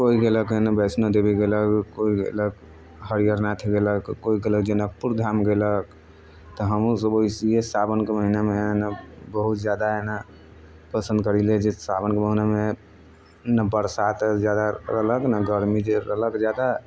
कोइ गेलक एने वैष्णोदेवी गेलक कोइ गेलक हरिहर नाथ गेलक कोइ गेलक जनकपुर धाम गेलक तऽ हमहूँसभ वैसिए सावनके महिनामे एने बहुत ज्यादा एने पसन्द करैत छियै जे सावनके महिनामे न बरसात ज्यादा रहलक न गर्मी जे रहलक ज्यादा